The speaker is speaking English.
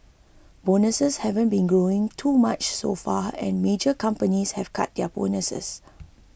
bonuses haven't been growing too much so far and major companies have cut their bonuses